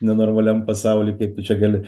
nenormaliam pasauly kaip tu čia gali